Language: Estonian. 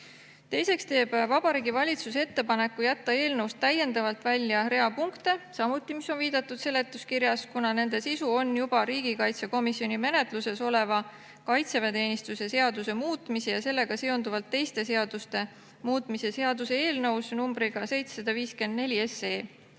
Teiseks teeb Vabariigi Valitsus ettepaneku jätta eelnõust täiendavalt välja rea punkte, mis on samuti viidatud seletuskirjas. Nende sisu on juba riigikaitsekomisjoni menetluses oleva kaitseväeteenistuse seaduse muutmise ja sellega seonduvalt teiste seaduste muutmise seaduse eelnõus numbriga 754.